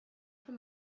for